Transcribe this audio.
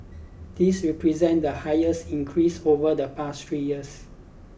this represent the highest increase over the past three years